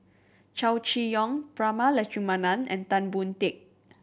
Chow Chee Yong Prema Letchumanan and Tan Boon Teik